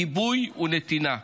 גיבוי ונתינה,